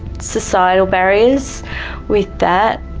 societal barriers with that.